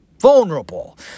Vulnerable